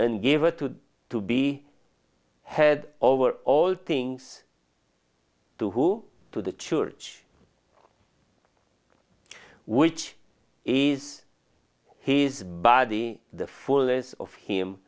and gave it to be had over all things to do to the church which is his body the fullness of him